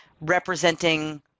representing